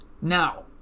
Now